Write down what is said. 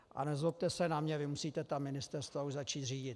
A nezlobte se na mě, vy musíte ta ministerstva už začít řídit.